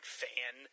fan